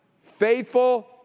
Faithful